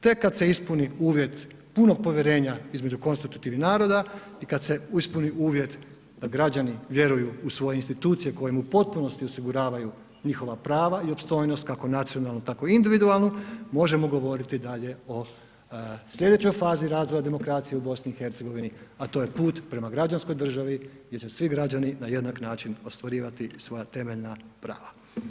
Tek kad se ispuni uvjet punog povjerenja između konstitutivnih naroda i kad se ispuni uvjet da građani vjeruju u svoje institucije koje mu u potpunosti osiguravaju njihova prava i opstojnost, kako nacionalnu, tako individualnu, možemo govoriti dalje o slijedećoj fazi razvoja demokracije u BiH, a to je put prema građanskoj državi gdje će svi građani na jednak način ostvarivati svoja temeljna prava.